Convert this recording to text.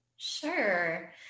Sure